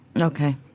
Okay